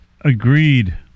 Agreed